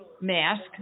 mask